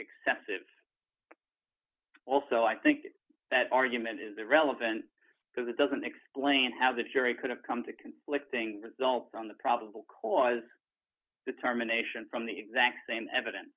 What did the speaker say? excessive also i think that argument is irrelevant because it doesn't explain how the jury could have come to conflicting results on the probable cause determination from the exact same eviden